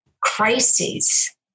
crises